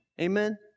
Amen